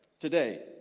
Today